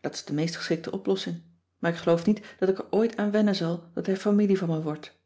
dat is de meest geschikte oplossing maar ik geloof niet dat ik er ooit aan wennen zal dat hij familie van me wordt